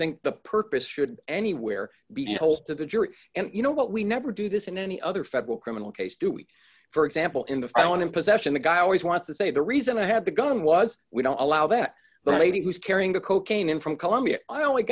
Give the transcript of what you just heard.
think the purpose should anywhere be told to the jury and you know what we never do this in any other federal criminal case do we for example in the i want to possession the guy always wants to say the reason i had the gun was we don't allow that the lady who's carrying the cocaine in from colombia i only